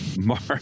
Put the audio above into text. Mark